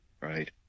right